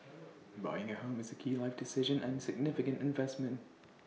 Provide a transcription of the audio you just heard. buying A home is A key life decision and significant investment